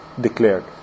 declared